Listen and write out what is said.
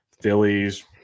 Phillies